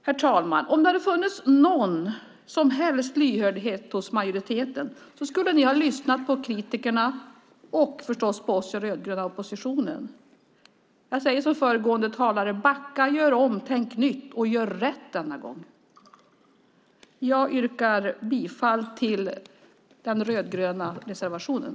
Herr talman! Om det hade funnits någon som helst lyhördhet hos er i majoriteten skulle ni ha lyssnat på kritikerna och förstås på oss i den rödgröna oppositionen. Jag säger som föregående talare: Backa! Gör om! Tänk nytt! Och gör rätt denna gång! Jag yrkar bifall till den rödgröna reservationen.